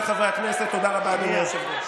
חבר הכנסת יוראי להב הרצנו,